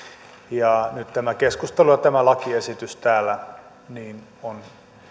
ja nyt tämä keskustelu ja tämä lakiesitys täällä on